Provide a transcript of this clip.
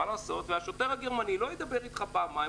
והשוטר הגרמני לא ידבר איתך פעמיים,